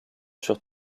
sur